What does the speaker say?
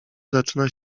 zaczyna